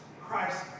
Christ